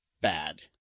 bad